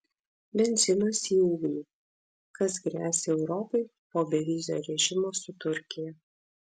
benzinas į ugnį kas gresia europai po bevizio režimo su turkija